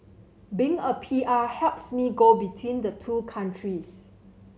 being a P R helps me go between the two countries